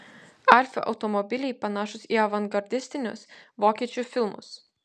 alfa automobiliai panašūs į avangardistinius vokiečių filmus